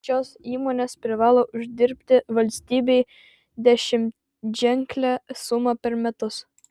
šios įmonės privalo uždirbti valstybei dešimtženklę sumą per metus